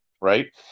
right